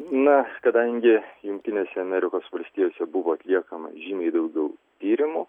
na kadangi jungtinėse amerikos valstijose buvo atliekama žymiai daugiau tyrimų